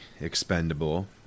expendable